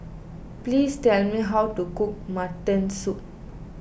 please tell me how to cook Mutton Soup